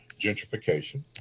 gentrification